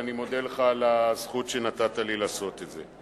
ואני מודה לך על שנתת לי את הזכות לעשות את זה.